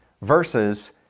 versus